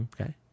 Okay